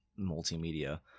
multimedia